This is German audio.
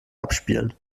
abspielen